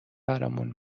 برامون